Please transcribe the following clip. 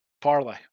Parlay